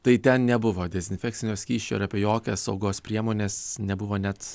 tai ten nebuvo dezinfekcinio skysčio ir apie jokias saugos priemones nebuvo net